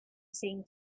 seemed